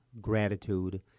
gratitude